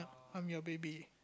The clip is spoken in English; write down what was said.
I'm your baby